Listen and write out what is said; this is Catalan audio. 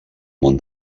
món